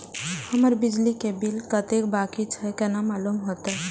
हमर बिजली के बिल कतेक बाकी छे केना मालूम होते?